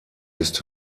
ist